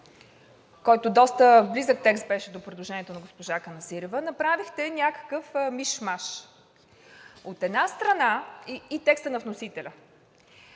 който доста близък текст беше до предложението на госпожа Каназирева, направихте някакъв миш-маш. От една страна, в текста на вносителя